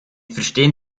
verstehen